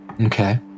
Okay